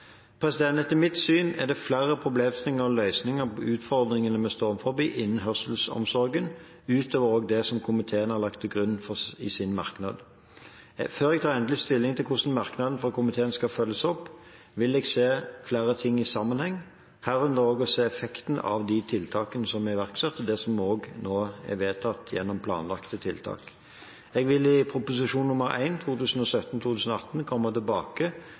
Etter mitt syn er det flere problemstillinger og løsninger på utfordringene vi står overfor innen hørselsomsorgen, ut over det som komiteen har lagt til grunn i sin merknad. Før jeg tar endelig stilling til hvordan merknaden fra komiteen skal følges opp, vil jeg se flere ting i sammenheng – herunder effekten av de tiltakene som er iverksatt, og det som også nå er vedtatt gjennom planlagte tiltak. Jeg vil i Prop. 1 S for 2017–2018 komme tilbake